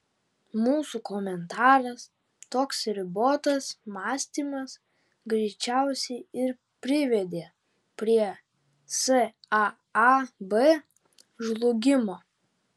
mūsų komentaras toks ribotas mąstymas greičiausiai ir privedė prie saab žlugimo